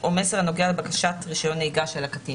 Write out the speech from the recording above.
או מסר הנוגע לבקשת רישיון נהיגה של הקטין.